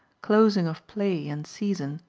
closing of play and season,